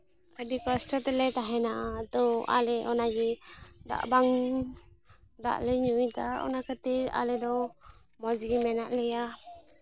ᱟᱹᱰᱤ ᱠᱚᱥᱴᱚ ᱛᱮᱞᱮ ᱛᱟᱦᱮᱱᱟ ᱛᱳ ᱟᱞᱮ ᱚᱱᱟᱜᱮ ᱫᱟᱜ ᱵᱟᱝ ᱫᱟᱜ ᱞᱮ ᱧᱩᱭᱫᱟ ᱚᱱᱟ ᱠᱷᱟᱹᱛᱤᱨ ᱟᱞᱮ ᱫᱚ ᱢᱚᱡᱽ ᱜᱮ ᱢᱮᱱᱟᱜ ᱞᱮᱭᱟ